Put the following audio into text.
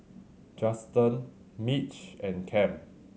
Justen Mitch and Kem